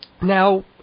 Now